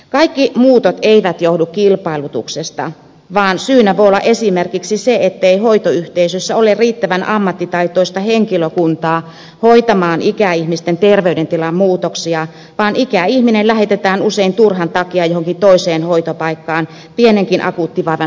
kaikki muutot eivät johdu kilpailutuksesta vaan syynä voi olla esimerkiksi se ettei hoitoyhteisössä ole riittävän ammattitaitoista henkilökuntaa hoitamaan ikäihmisten terveydentilan muutoksia vaan ikäihminen lähetetään usein turhan takia johonkin toiseen hoitopaikkaan pienenkin akuuttivaivan hoitamista varten